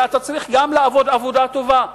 אלא אתה צריך לעבוד גם בעבודה טובה.